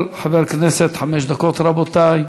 כל חבר כנסת חמש דקות, רבותי.